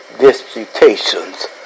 disputations